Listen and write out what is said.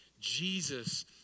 Jesus